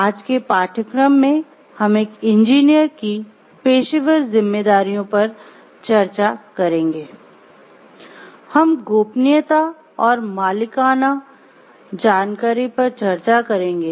आज के पाठ्यक्रम में हम एक इंजीनियर की पेशेवर जिम्मेदारियों पर चर्चा करेंगे